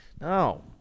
No